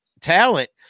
talent